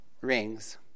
rings